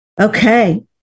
okay